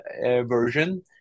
version